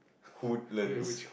Woodlands